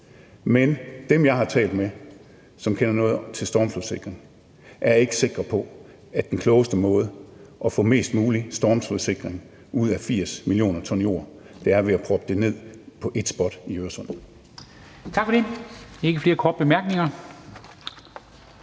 Men dem, jeg har talt med, som kender noget til stormflodssikring, er ikke sikre på, at den klogeste måde at få mest mulig stormflodssikring ud af 80 mio. t jord på er ved at proppe det ned på ét spot i Øresund.